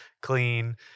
clean